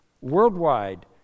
worldwide